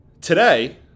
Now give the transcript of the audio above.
today